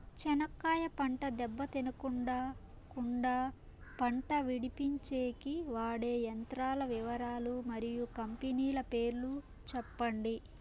చెనక్కాయ పంట దెబ్బ తినకుండా కుండా పంట విడిపించేకి వాడే యంత్రాల వివరాలు మరియు కంపెనీల పేర్లు చెప్పండి?